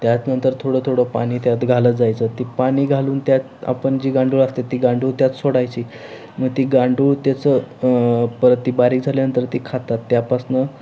त्यात नंतर थोडं थोडं पाणी त्यात घालत जायचं ती पाणी घालून त्यात आपण जी गांडूळ असते ती गांडूळ त्यात सोडायची मग ती गांडूळ त्याचं परत ती बारीक झाल्यानंतर ती खातात त्यापासून